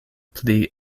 pli